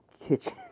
kitchen